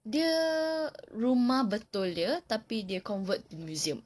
dia rumah betul dia tapi they convert to museum